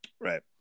Right